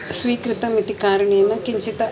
स्वीकृतमिति कारणेन किञ्चित्